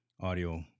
audio